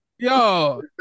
Yo